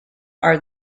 are